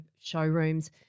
showrooms